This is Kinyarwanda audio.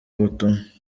ubutumwa